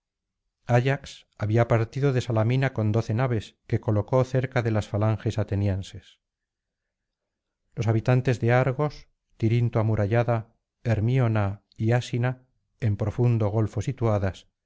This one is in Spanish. ayax había partido de salamina con doce naves que colocó cerca de las falanges atenienses los habitantes de argos tirinto amurallada hermíona y asina en profundo golfo situadas